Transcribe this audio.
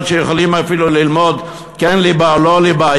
עוד כשלא יכולים אפילו ללמוד כן ליבה או לא ליבה,